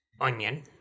onion